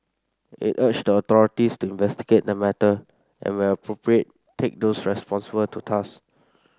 it urged the authorities to investigate the matter and where appropriate take those responsible to task